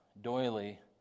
doily